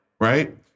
right